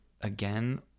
Again